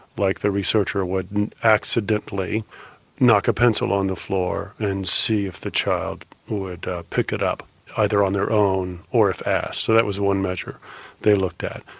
like the researcher would accidently knock a pencil on the floor and see if the child would pick it up either on their own or if asked. that was one measure they looked at.